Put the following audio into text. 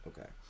Okay